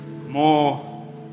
more